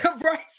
right